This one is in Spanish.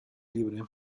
libre